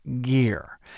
gear